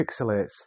pixelates